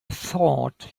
thought